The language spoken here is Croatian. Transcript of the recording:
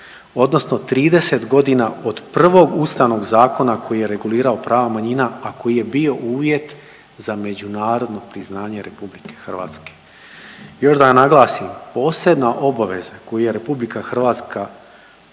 odnosno 30 godina od prvog ustavnog zakona koji je regulirao pravo manjina, a koji je bio uvjet za međunarodno priznanje RH. Još da naglasim posebna obaveza koju je RH preuzela